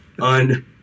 On